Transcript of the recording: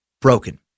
broken